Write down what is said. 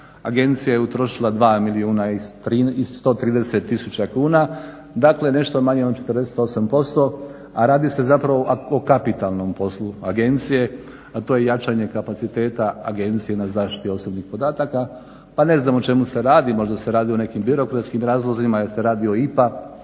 agencija je utrošila 2 130 000 kuna, dakle nešto manje od 48%, a radi se zapravo o kapitalnom poslu agencije, a to je jačanje kapaciteta agencije na zaštiti osobnih podataka. Pa ne znam o čemu se radi, možda se radi o nekim birokratskim razlozima, jer se radi o IPA